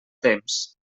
temps